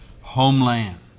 homeland